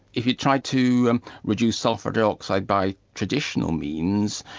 if you tried to reduce sulphur dioxide by traditional means,